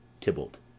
Tybalt